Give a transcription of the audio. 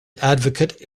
advocate